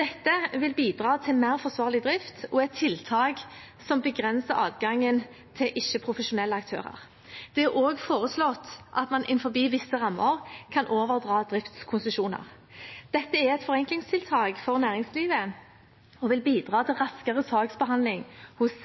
Dette vil bidra til mer forsvarlig drift og er et tiltak som begrenser adgangen for ikke-profesjonelle aktører. Det er også foreslått at man innenfor visse rammer kan overdra driftskonsesjoner. Dette er et forenklingstiltak for næringslivet og vil bidra til raskere saksbehandling hos